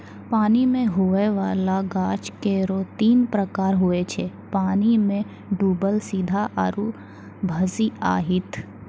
पानी मे हुवै वाला गाछ केरो तीन प्रकार हुवै छै पानी मे डुबल सीधा आरु भसिआइत